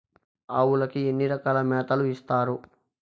ఆవులకి ఎన్ని రకాల మేతలు ఇస్తారు?